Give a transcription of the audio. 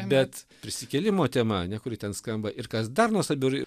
bet prisikėlimo tema ane kuri ten skamba ir kas dar nuostabiau ir